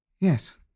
Yes